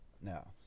Now